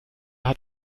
hat